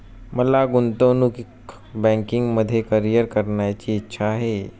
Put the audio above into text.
मला गुंतवणूक बँकिंगमध्ये करीअर करण्याची इच्छा आहे